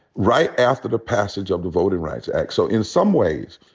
right after the passage of the voting rights act. so in some ways,